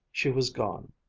she was gone.